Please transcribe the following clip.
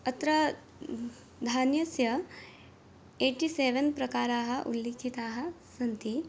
अत्र धान्यस्य eighty seven प्रकाराः उल्लिखिताः सन्ति